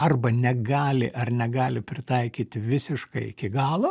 arba negali ar negali pritaikyti visiškai iki galo